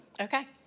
okay